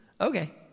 Okay